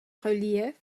reliefs